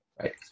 Right